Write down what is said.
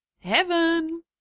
heaven